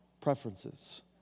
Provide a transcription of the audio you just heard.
preferences